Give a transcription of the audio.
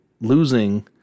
losing